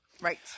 Right